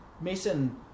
Mason